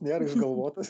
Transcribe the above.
nėra išgalvotas